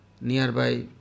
nearby